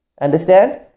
understand